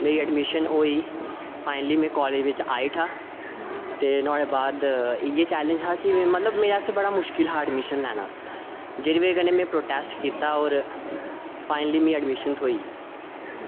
ते साढै इधर लौंकै गी पता लगना कि कल्चर बी कोई नाम दी चीज ऐ डोगरी कल्चर बी ऐ इ्द्धर ते जियां इद्धर् मतलव कल्चर साईट न ते एह्दै बारै दस्सेआ जागा ते